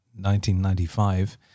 1995